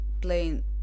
playing